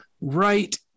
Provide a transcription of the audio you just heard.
right